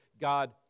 God